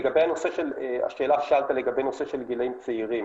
לגבי השאלה ששאלת לגבי נושא של גילאים צעירים